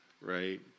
right